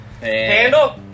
handle